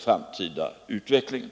framtida utvecklingen.